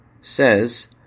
says